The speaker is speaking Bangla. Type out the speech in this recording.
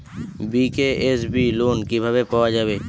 বি.কে.এস.বি লোন কিভাবে পাওয়া যাবে?